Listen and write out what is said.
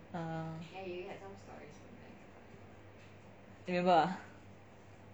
uhh you remember ah